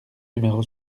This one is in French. numéro